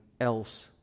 else